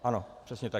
Ano, přesně tak.